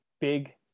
big